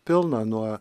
pilna nuo